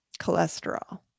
cholesterol